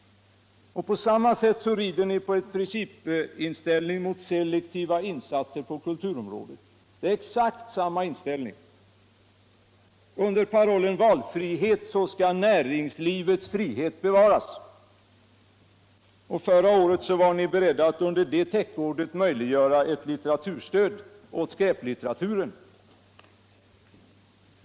Och på samma sätt rider ni på cen principställning mot selektiva insatser på kulturområdet. Det är exakt samma inställning. Under parollen valfrihet skall näringslivets frihet bevaras, och förra året var ni beredda att under det täckordet möjliggöra ett litteraturstöd åt skräplitteraturen.